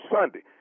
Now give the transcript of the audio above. Sunday